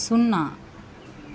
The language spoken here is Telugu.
సున్నా